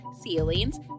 ceilings